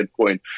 Bitcoin